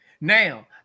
now